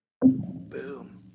boom